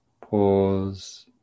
pause